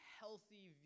healthy